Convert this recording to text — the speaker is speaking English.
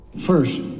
First